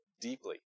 deeply